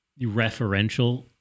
referential